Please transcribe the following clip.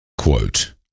quote